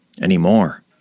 anymore